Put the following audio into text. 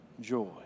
joy